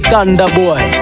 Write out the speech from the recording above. Thunderboy